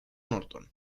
norton